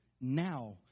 Now